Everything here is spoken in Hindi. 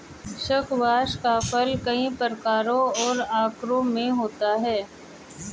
स्क्वाश का फल कई प्रकारों और आकारों में होता है